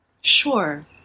Sure